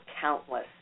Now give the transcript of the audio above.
countless